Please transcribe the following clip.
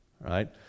right